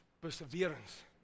perseverance